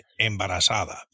embarazada